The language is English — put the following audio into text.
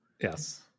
yes